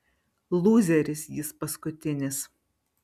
lūzeris jis paskutinis